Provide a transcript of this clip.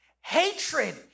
hatred